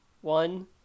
One